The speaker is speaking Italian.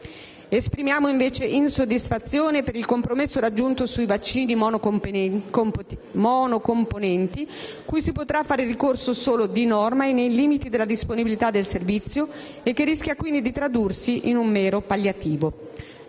Esprimiamo invece insoddisfazione per il compromesso raggiunto sui vaccini monocomponenti, cui si potrà fare ricorso solo «di norma» e «nei limiti della disponibilità del servizio» e che rischia quindi di tradursi in un mero palliativo.